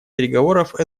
переговоров